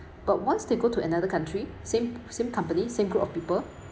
but once they go to another country same same company same group of people